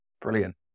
Brilliant